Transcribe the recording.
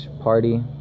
party